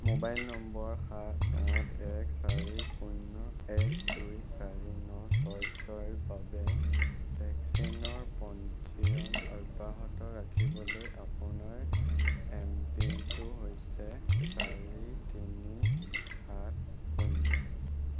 mobile নম্বৰ সাত আঠ এক চাৰি শূন্য এক দুই চাৰি ন ছয় ছয়ৰ বাবে ভেকচিনৰ পঞ্জীয়ন অব্যাহত ৰাখিবলৈ আপোনাৰ এম পিনটো হৈছে চাৰি তিনি সাত শূন্য